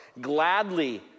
gladly